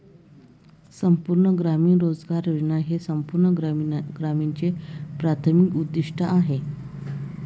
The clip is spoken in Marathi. संपूर्ण ग्रामीण रोजगार योजना हे संपूर्ण ग्रामीणचे प्राथमिक उद्दीष्ट आहे